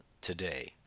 today